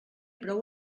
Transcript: prou